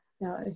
No